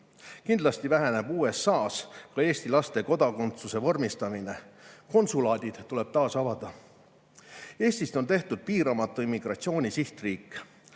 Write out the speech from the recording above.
Kindlasti väheneb USA-s ka Eesti laste kodakondsuse vormistamine. Konsulaadid tuleb taas avada. Eestist on tehtud piiramatu immigratsiooni sihtriik.